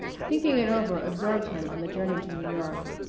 thinking it over absorbed him on the journey to new york.